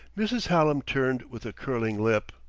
mrs. hallam turned with a curling lip.